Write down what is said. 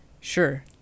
Sure